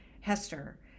Hester